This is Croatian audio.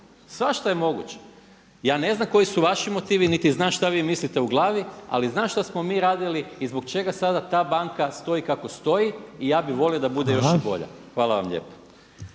Svašta je moguće. Ja ne znam koji su vaši motivi, niti znam šta vi mislite u glavi, ali znam šta smo mi radili i zbog čega sada ta banka stoji kako stoji i ja bih volio da bude još i bolja. Hvala vam lijepa.